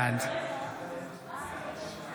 בעד